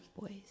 boys